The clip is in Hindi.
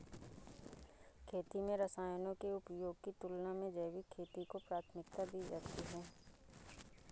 खेती में रसायनों के उपयोग की तुलना में जैविक खेती को प्राथमिकता दी जाती है